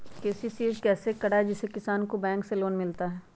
KCC कैसे कराये जिसमे किसान को बैंक से लोन मिलता है?